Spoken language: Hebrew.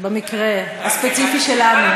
במקרה הספציפי שלנו.